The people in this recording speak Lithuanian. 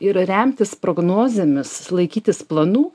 ir remtis prognozėmis laikytis planų